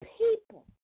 people